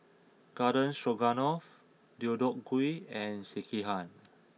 Garden Stroganoff Deodeok Gui and Sekihan